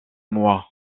moi